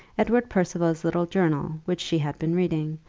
edward percival's little journal, which she had been reading,